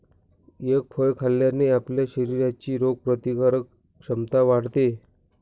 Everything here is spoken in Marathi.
एग फळ खाल्ल्याने आपल्या शरीराची रोगप्रतिकारक क्षमता वाढते